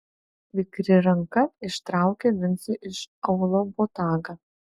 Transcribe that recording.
vikri ranka ištraukė vincui iš aulo botagą